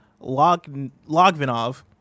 Logvinov